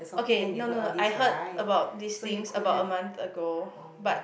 okay no no no I heard about these things about a month ago but